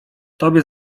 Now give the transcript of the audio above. tobie